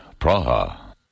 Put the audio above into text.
Praha